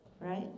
Right